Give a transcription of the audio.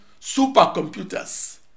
supercomputers